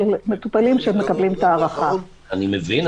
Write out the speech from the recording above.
מטופלים שמקבלים את ההארכה -- אני מבין,